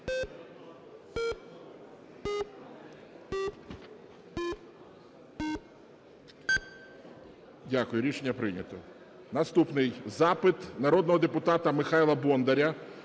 Дякую. Рішення прийнято. Наступний запит народного депутата Михайла Бондаря